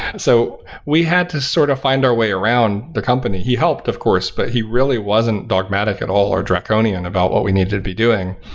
so we had to sort of find our way around the company. he helped, of course, but he really wasn't dogmatic at all or draconian about what we needed to be doing.